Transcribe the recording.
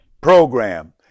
program